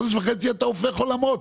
בחודש וחצי אתה הופך עולמות.